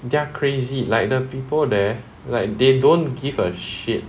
they're crazy like the people there like they don't give a shit